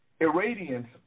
irradiance